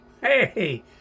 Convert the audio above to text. Hey